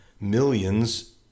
millions